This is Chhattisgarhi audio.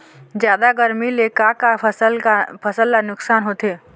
जादा गरमी ले का का फसल ला नुकसान होथे?